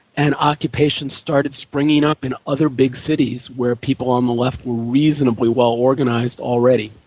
and occupations started springing up in other big cities where people on the left were reasonably well organised already.